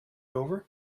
over